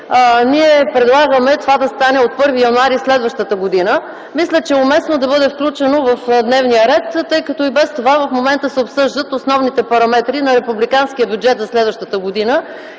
ние предлагаме това да стане от 1 януари следващата година. Мисля, че е уместно да бъде включено в дневния ред, тъй като и без това в момента се обсъждат основните параметри на републиканския бюджет за следващата година.